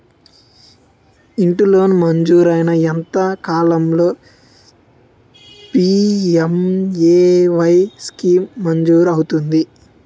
ఇంటి లోన్ మంజూరైన ఎంత కాలంలో పి.ఎం.ఎ.వై స్కీమ్ మంజూరు అవుతుంది?